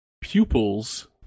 pupils